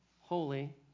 holy